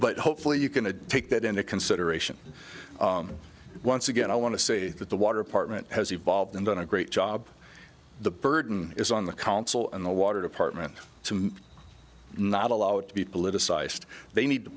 but hopefully you can to take that into consideration once again i want to say that the water apartment has evolved and done a great job the burden is on the council and the water department to not allow it to be politicized they need to